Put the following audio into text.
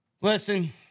Listen